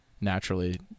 naturally